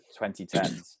2010s